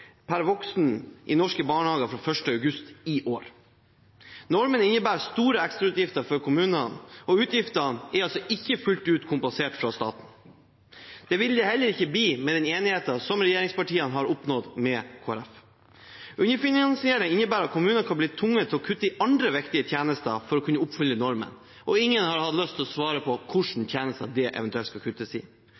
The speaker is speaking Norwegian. per voksen i norske barnehager fra 1. august i år. Normen innebærer store ekstrautgifter for kommunene, og utgiftene er ikke fullt ut kompensert fra staten. Det vil de heller ikke bli med den enigheten som regjeringspartiene har oppnådd med Kristelig Folkeparti. Underfinansieringen innebærer at kommunene kan bli tvunget til å kutte i andre viktige tjenester for å kunne oppfylle normen. Ingen har hatt lyst til å svare på hvilke tjenester det eventuelt skal kuttes i.